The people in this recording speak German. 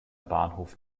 bahnhof